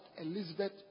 Elizabeth